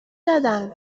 دادن